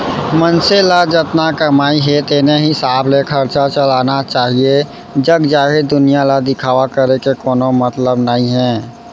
मनसे ल जतना कमई हे तेने हिसाब ले खरचा चलाना चाहीए जग जाहिर दुनिया ल दिखावा करे के कोनो मतलब नइ हे